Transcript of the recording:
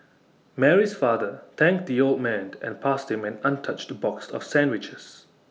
Mary's father thanked the old man and passed him an untouched box of sandwiches